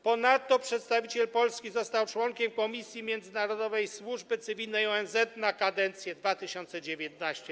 Ponadto przedstawiciel Polski został członkiem Komisji Międzynarodowej Służby Cywilnej ONZ na kadencję 2019–2022.